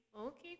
okay